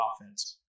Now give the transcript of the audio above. offense